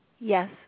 Yes